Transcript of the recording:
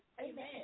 Amen